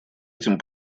этим